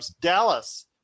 Dallas